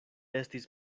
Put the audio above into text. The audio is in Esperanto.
estis